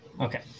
Okay